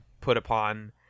put-upon